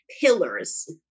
pillars